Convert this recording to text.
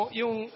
yung